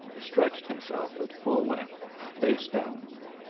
stretched himself at full length, face downward.